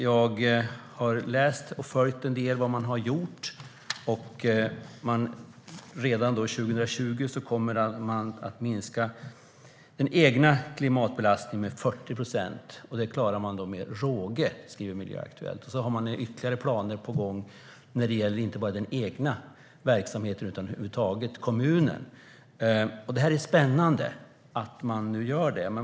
Jag har läst om och följt en del av vad man har gjort. Redan 2020 kommer man att minska den egna klimatbelastningen med 40 procent. Det klarar man med råge, skriver Miljöaktuellt. Sedan har man ytterligare planer på gång när det gäller inte bara den egna verksamheten utan över huvud taget i kommunen. Det är spännande att man gör det.